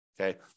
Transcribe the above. Okay